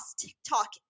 TikTok